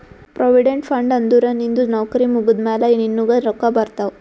provident fund ಅಂದುರ್ ನಿಂದು ನೌಕರಿ ಮುಗ್ದಮ್ಯಾಲ ನಿನ್ನುಗ್ ರೊಕ್ಕಾ ಬರ್ತಾವ್